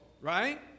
right